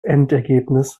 endergebnis